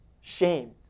shamed